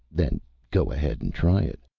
then go ahead and try it.